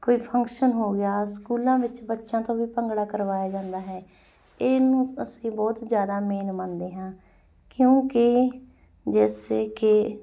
ਕੋਈ ਫੰਕਸ਼ਨ ਹੋ ਗਿਆ ਸਕੂਲਾਂ ਵਿੱਚ ਬੱਚਿਆਂ ਤੋਂ ਵੀ ਭੰਗੜਾ ਕਰਵਾਇਆ ਜਾਂਦਾ ਹੈ ਇਹਨੂੰ ਅ ਅਸੀਂ ਬਹੁਤ ਜ਼ਿਆਦਾ ਮੇਨ ਮੰਨਦੇ ਹਾਂ ਕਿਉਂਕਿ ਜੈਸੇ ਕੇ